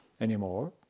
anymore